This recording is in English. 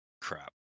Crap